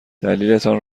دلیلتان